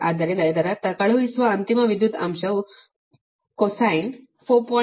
ಆದ್ದರಿಂದ ಇದರರ್ಥ ಕಳುಹಿಸುವ ಅಂತಿಮ ವಿದ್ಯುತ್ ಅಂಶವು cosine 4